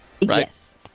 Yes